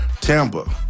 Tampa